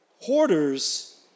Hoarders